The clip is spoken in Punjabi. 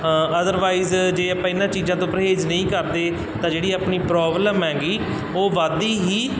ਅਦਰਵਾਈਜ਼ ਜੇ ਆਪਾਂ ਇਹਨਾਂ ਚੀਜ਼ਾਂ ਤੋਂ ਪਰਹੇਜ਼ ਨਹੀਂ ਕਰਦੇ ਤਾਂ ਜਿਹੜੀ ਆਪਣੀ ਪ੍ਰੋਬਲਮ ਹੈਗੀ ਉਹ ਵੱਧਦੀ ਹੀ